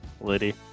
Liddy